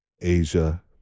Asia